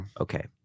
Okay